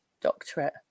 doctorate